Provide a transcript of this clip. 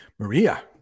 maria